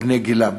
בני גילם,